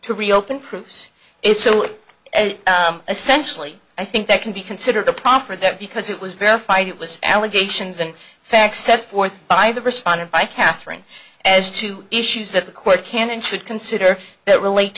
to reopen proves it so essentially i think that can be considered a proffer that because it was verified it was allegations and facts set forth by the respondent by katherine as to issues that the court can and should consider that relate